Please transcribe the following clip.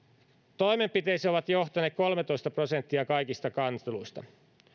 toimenpiteisiin on johtanut kolmetoista prosenttia kaikista kanteluista